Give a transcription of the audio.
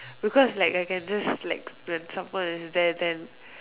because like I can just slack when someone is there then